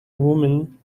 women